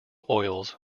oils